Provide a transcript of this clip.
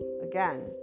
again